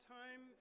time